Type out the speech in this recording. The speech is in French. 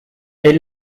est